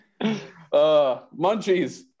Munchies